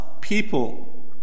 people